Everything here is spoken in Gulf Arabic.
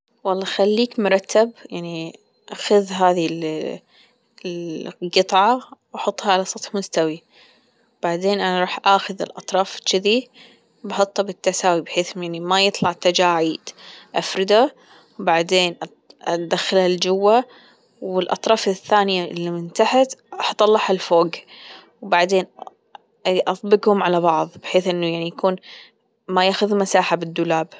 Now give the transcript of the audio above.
والله خليك مرتب يعني خذ هذي الجطعة وحطها على سطح مستوي بعدين أنا راح أخذ الأطراف شذي بأحطها بالتساوي بحيث ما يطلع تجاعيد أفرده بعدين أدخله لجوا والأطراف الثانية اللي من تحت هأطلعها لفوق وبعدين أطبقهم على بعض بحيث أنه يكون ما يأخذ مساحة بالدولاب.